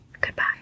Goodbye